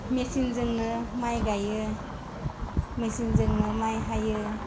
मिसिनजोंनो माइ गाइयो मिसिनजोंनो माइ हायो